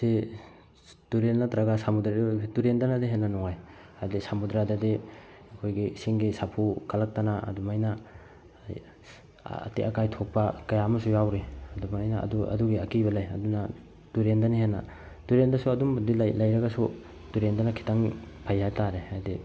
ꯁꯤ ꯇꯨꯔꯦꯜ ꯅꯠꯇ꯭ꯔꯒ ꯁꯃꯨꯗ꯭ꯔꯗ ꯏꯔꯣꯏꯕꯁꯤ ꯇꯨꯔꯦꯜꯗꯅ ꯍꯦꯟꯅ ꯅꯨꯡꯉꯥꯏ ꯍꯥꯏꯗꯤ ꯁꯃꯨꯗ꯭ꯔꯗꯗꯤ ꯑꯩꯈꯣꯏꯒꯤ ꯏꯁꯤꯡꯒꯤ ꯁꯥꯐꯨ ꯀꯜꯂꯛꯇꯅ ꯑꯗꯨꯃꯥꯏꯅ ꯑꯇꯦꯛ ꯑꯀꯥꯏ ꯊꯣꯛꯄ ꯀꯌꯥ ꯑꯃꯁꯨ ꯌꯥꯎꯔꯤ ꯑꯗꯨꯃꯥꯏꯅ ꯑꯗꯨ ꯑꯗꯨꯒꯤ ꯑꯀꯤꯕ ꯂꯩ ꯑꯗꯨꯅ ꯇꯨꯔꯦꯟꯗꯅ ꯍꯦꯟꯅ ꯇꯨꯔꯦꯟꯗꯁꯨ ꯑꯗꯨꯝꯕꯗꯨ ꯂꯩ ꯂꯩꯔꯒꯁꯨ ꯇꯨꯔꯦꯟꯗꯅ ꯈꯤꯇꯪ ꯐꯩ ꯍꯥꯏ ꯇꯥꯔꯦ ꯍꯥꯏꯗꯤ